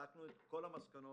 הסקנו את כל המסקנות